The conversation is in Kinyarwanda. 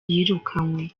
yirukanywe